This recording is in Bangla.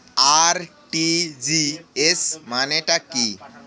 আর.টি.জি.এস মানে টা কি?